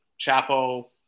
Chapo